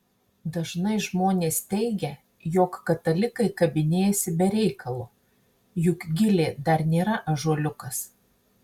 dažnai žmonės teigia jog katalikai kabinėjasi be reikalo juk gilė dar nėra ąžuoliukas